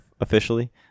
officially